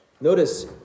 Notice